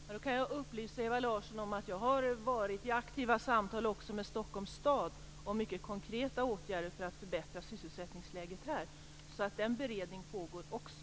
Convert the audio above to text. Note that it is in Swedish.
Herr talman! Jag kan upplysa Ewa Larsson om att jag har fört aktiva samtal också med Stockholms stad om mycket konkreta åtgärder för att förbättra sysselsättningsläget här. Den beredningen pågår också.